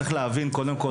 צריך להבין קודם כל